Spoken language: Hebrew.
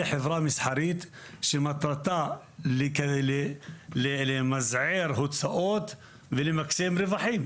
חברה מסחרית שמטרתה למזער הוצאות ולמקסם רווחים,